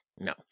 No